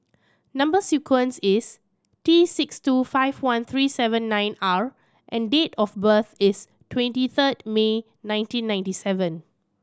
number sequence is T six two five one three seven nine R and date of birth is twenty third May nineteen ninety seven